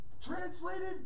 Translated